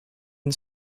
and